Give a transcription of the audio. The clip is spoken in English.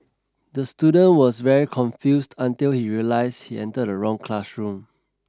the student was very confused until he realized he entered the wrong classroom